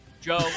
Joe